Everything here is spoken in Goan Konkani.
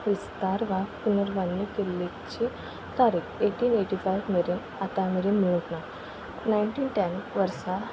विस्तार वा पुनरबांदणी केल्लीची तारीख एटीन एटी फायफ मेरेन आतां मेरेन मेळूंक ना णायंटीन टॅन वर्सा